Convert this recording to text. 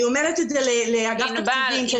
אני אומרת את זה לאגף תקציבים.